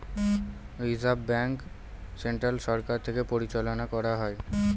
reserve bank central সরকার থেকে পরিচালনা করা হয়